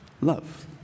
love